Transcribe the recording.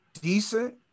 Decent